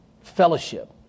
fellowship